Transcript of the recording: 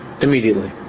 immediately